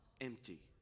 Empty